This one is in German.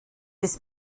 des